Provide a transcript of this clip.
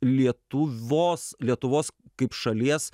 lietuvos lietuvos kaip šalies